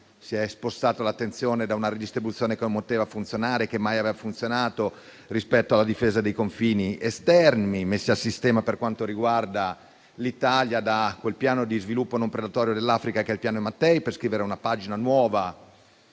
spostando l'attenzione da una redistribuzione che non poteva funzionare e mai aveva funzionato rispetto alla difesa dei confini esterni, messi a sistema per quanto riguarda l'Italia da quel piano di sviluppo non predatorio dell'Africa che è il Piano Mattei, per scrivere una pagina nuova